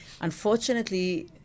unfortunately